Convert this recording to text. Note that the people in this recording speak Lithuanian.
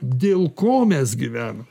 dėl ko mes gyvenam